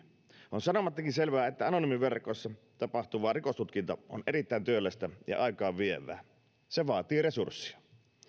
on sanomattakin selvää että anonyymiverkoissa tapahtuva rikostutkinta on erittäin työlästä ja aikaavievää se vaatii resurssia